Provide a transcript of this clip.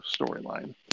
storyline